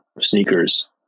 sneakers